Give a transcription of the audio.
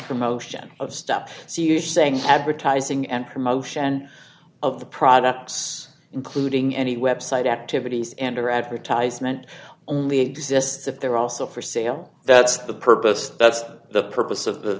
promotion of stop so you're saying advertising and promotion of the products including any website activities and or advertisement only exists if they're also for sale that's the purpose that's the purpose of the